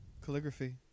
Calligraphy